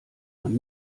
man